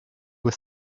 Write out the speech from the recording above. were